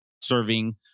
serving